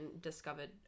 discovered